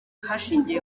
hashingiwe